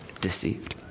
Deceived